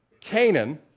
Canaan